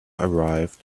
arrived